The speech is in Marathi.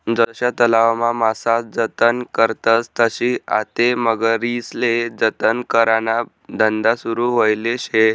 जशा तलावमा मासा जतन करतस तशी आते मगरीस्ले जतन कराना धंदा सुरू व्हयेल शे